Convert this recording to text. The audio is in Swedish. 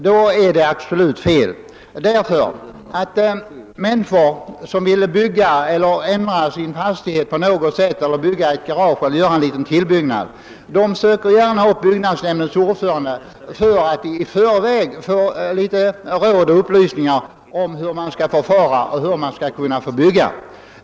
Någon kan vilja bygga ett garage eller ändra sin fastighet på något sätt och söker då gärna upp byggnadsnämndens ordförande för att i förväg inhämta råd och upplysningar om hur han skall förfara.